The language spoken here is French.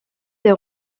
des